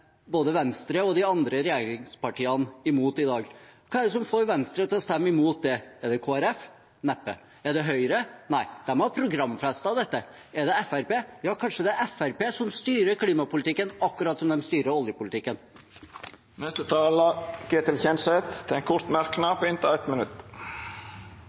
både Venstre og de andre regjeringspartiene imot i dag. Hva er det som får Venstre til å stemme imot det? Er det Kristelig Folkeparti? Neppe. Er det Høyre? Nei, de har programfestet dette. Er det Fremskrittspartiet? Ja, kanskje det er Fremskrittspartiet som styrer klimapolitikken, akkurat som de styrer oljepolitikken. Representanten Ketil Kjenseth har hatt ordet to gonger tidlegare og får ordet til ein kort merknad,